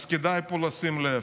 אז כדאי פה לשים לב.